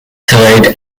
trade